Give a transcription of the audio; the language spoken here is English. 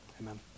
amen